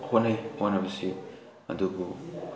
ꯍꯣꯠꯅꯩ ꯍꯣꯠꯅꯕꯁꯤ ꯑꯗꯨꯕꯨ